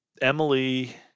Emily